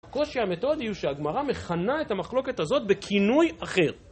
הקושי המתודי הוא, שהגמרה מכנה את המחלוקת הזאת בכינוי אחר.